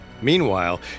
Meanwhile